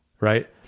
right